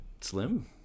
Slim